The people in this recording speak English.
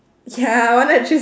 ya I wannna choose